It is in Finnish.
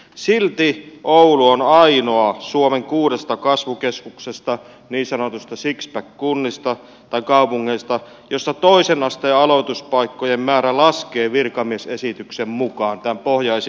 silti oulu on ainoa suomen kuudesta kasvukeskuksesta niin sanotusta sixpack kaupungista jossa toisen asteen aloituspaikkojen määrä laskee virkamiesesityksen mukaan tämän pohjaesityksen mukaan